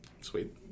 Sweet